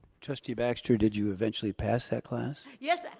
trustee baxter, did you eventually pass that class? yes, i,